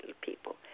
people